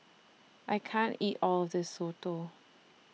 I can't eat All of This Soto